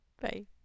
Bye